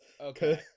Okay